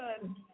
good